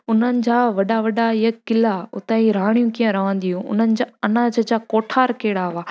उन्हनि जा इहे वॾा वॾा इहे क़िला उतां जी राणियूं कीअं रहंदियूं हुयूं उन्हनि जा अनाज जा कोठार कहिड़ा हुआ